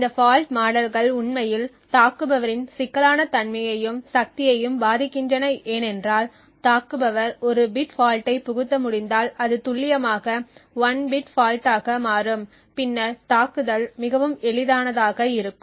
இந்த ஃபால்ட் மாடல்கள் உண்மையில் தாக்குபவரின் சிக்கலான தன்மையையும் சக்தியையும் பாதிக்கின்றன ஏனென்றால் தாக்குபவர் ஒரு பிட் ஃபால்ட்டை புகுத்த முடிந்தால் அது துல்லியமாக 1 பிட் ஃபால்ட் ஆக மாறும் பின்னர் தாக்குதல் மிகவும் எளிதானதாக இருக்கும்